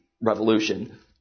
revolution